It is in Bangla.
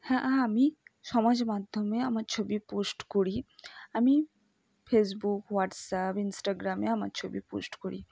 হ্যাঁ আমি সমাজ মাধ্যমে আমার ছবি পোস্ট করি আমি ফেসবুক হোয়াটসঅ্যাপ ইন্সট্রাগ্রামে আমার ছবি পোস্ট করি